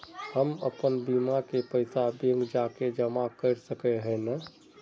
हम अपन बीमा के पैसा बैंक जाके जमा कर सके है नय?